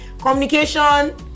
communication